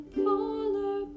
polar